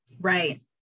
Right